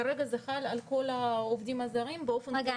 כרגע זה חל על כל העובדים הזרים באופן,